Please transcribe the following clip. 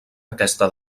aquesta